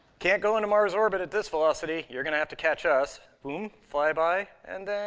can't go into mars' orbit at this velocity. you're going to have to catch us. boom, fly-by and then.